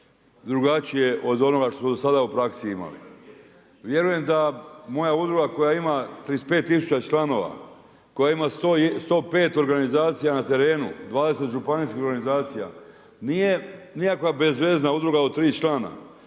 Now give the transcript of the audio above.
drugačije od onoga što smo do sada u praksi imali. Vjerujem da moja udruga koja ima 35000 članova, koja ima 105 organizacija na terenu, 20 županijskih organizacija nije nikakva bezvezna udruga od tri člana.